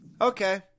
Okay